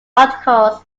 articles